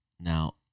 Now